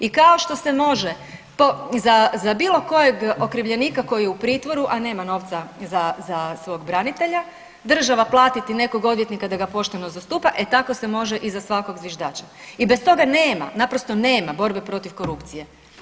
I kao što se može za, za bilo kojeg okrivljenika koji je u pritvoru, a nema novca za, za svog branitelja, država platiti nekog odvjetnika da ga pošteno zastupa, e tako se može i za svakog zviždača i bez toga nema, naprosto nema borbe protiv korupcije.